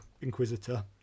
Inquisitor